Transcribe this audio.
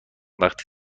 وقتی